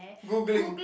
googling